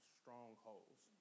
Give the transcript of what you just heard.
strongholds